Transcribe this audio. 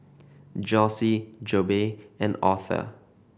Jossie Jobe and Author